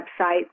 website